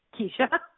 Keisha